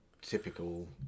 typical